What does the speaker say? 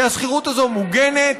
כי השכירות הזאת מוגנת.